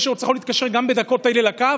יכול להתקשר גם בדקות אלה לקו